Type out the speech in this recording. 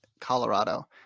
Colorado